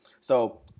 So-